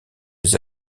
des